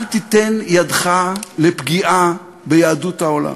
אל תיתן ידך לפגיעה ביהדות העולם.